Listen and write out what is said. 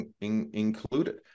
included